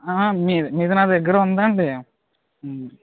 మీది మీది నా దగ్గర ఉందండి